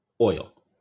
oil